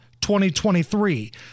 2023